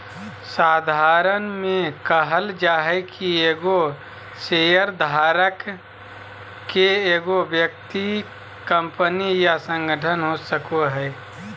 साधारण में कहल जाय कि एगो शेयरधारक के एगो व्यक्ति कंपनी या संगठन हो सको हइ